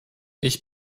ich